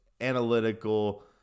analytical